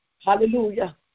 Hallelujah